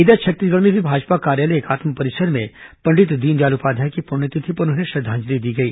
इधर छत्तीसगढ़ में भी भाजपा कार्यालय एकात्म परिसर में पंडित दीनदयाल उपाध्याय की पुण्यतिथि पर उन्हें श्रद्वांजलि की गई